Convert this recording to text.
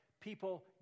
people